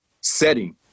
setting